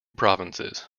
provinces